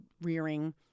rearing